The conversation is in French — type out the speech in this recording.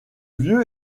vieux